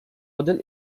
один